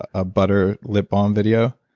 a butter lipbalm video?